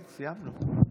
כן, סיימנו.